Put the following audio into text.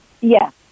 Yes